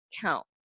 count